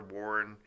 Warren